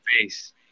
face